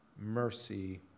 Mercy